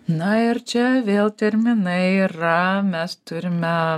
na ir čia vėl terminai yra mes turime